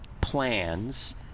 plans